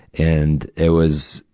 and it was,